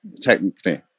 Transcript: technically